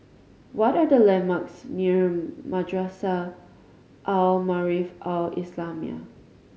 what are the landmarks near Madrasah Al Maarif Al Islamiah